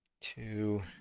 two